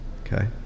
okay